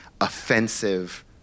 offensive